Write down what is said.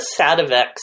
Sativex